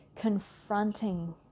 Confronting